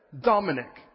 Dominic